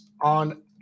on